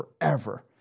forever